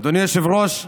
אדוני היושב-ראש,